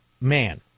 Man